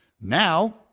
Now